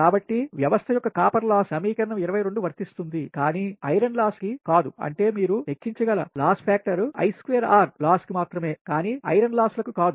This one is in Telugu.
కాబట్టి వ్యవస్థ యొక్క కాపర్ లాస్ కి రాగి నష్టానికి సమీకరణం 22 వర్తిస్తుంది కానీ ఐరన్ లాస్ కి ఇనుము నష్టానికి కాదు అంటే మీరు లెక్కించగల లాస్ ఫ్యాక్టర్ నష్ట కారకం i2 R లాస్ కి మాత్రమే కానీ ఐరన్ లాస్ లకు కాదు